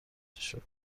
شدم